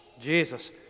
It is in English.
Jesus